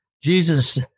Jesus